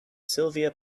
sylvia